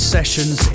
Sessions